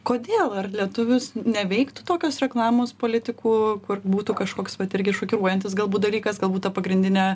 kodėl lietuvius neveiktų tokios reklamos politikų kur būtų kažkoks vat irgi šokiruojantis galbūt dalykas galbūt ta pagrindinė